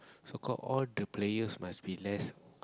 so called all the players must be less